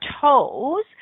toes